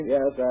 Yes